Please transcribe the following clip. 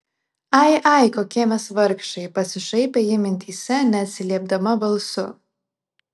ai ai kokie mes vargšai pasišaipė ji mintyse neatsiliepdama balsu